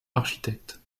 architecte